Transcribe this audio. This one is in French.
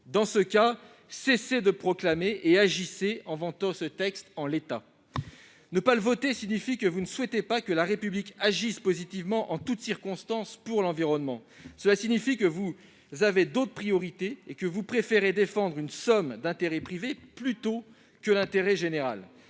Dès lors, cessez de proclamer et agissez, en votant ce texte en l'état. Sinon, cela signifie que vous ne souhaitez pas voir la République agir positivement, en toute circonstance, pour l'environnement. Cela signifie que vous avez d'autres priorités et que vous préférez défendre une somme d'intérêts privés plutôt que l'intérêt général,